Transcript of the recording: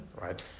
right